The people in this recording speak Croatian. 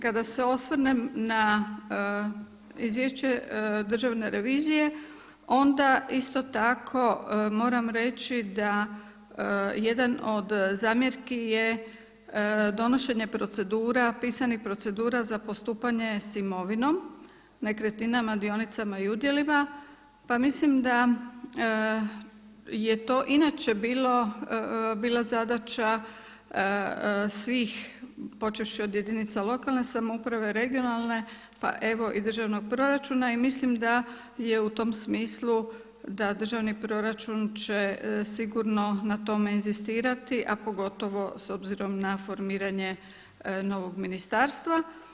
Kada se osvrnem na izvješće Državne revizije onda isto tako moram reći da jedan od zamjerki je donošenje pisanih procedura za postupanje s imovinom, nekretninama, dionicama i udjelima, pa mislim da je to inače bila zadaća svih počevši od jedinica lokalne samouprave, regionalne pa evo i državnog proračuna i mislim da je u tom smislu da državni proračun će sigurno na tome inzistirati, a pogotovo s obzirom na formiranje novog ministarstva.